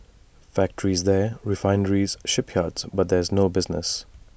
factories there refineries shipyards but there's no business